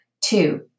Two